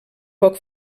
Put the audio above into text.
poc